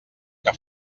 que